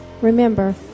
Remember